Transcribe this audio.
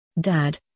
Dad